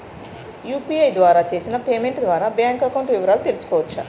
UPI ద్వారా చేసిన payment ద్వారా బ్యాంక్ అకౌంట్ వివరాలు తెలుసుకోవచ్చ?